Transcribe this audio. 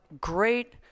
great